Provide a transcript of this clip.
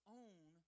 own